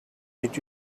did